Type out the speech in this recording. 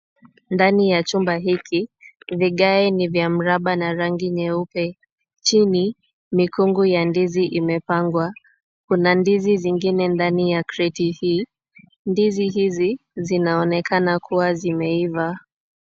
Ndani ya chumba hiki, vigae ni vya mraba na rangi nyeupe. Chini, mikungu ya ndizi imepangwa. Kuna ndizi zingine ndani ya kreti hizi. Ndizi hizi zinaonekana kuwa zimeiva.